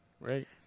right